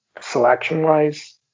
selection-wise